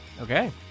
Okay